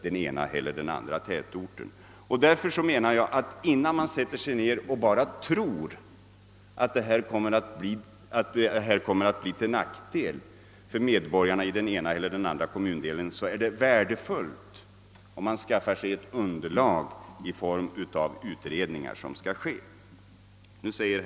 Det vore sålunda värdefullt om man i stället för att bara tro att en kommunsammanläggning kommer att bli till nackdel för medborgarna i den ena eller den andra kommundelen, skaffar sig ett underlag för bedömningar i form av de utredningar som behöver göras.